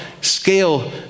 scale